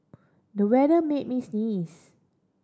the weather made me sneeze